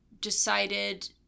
decided